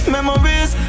Memories